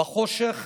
בחושך,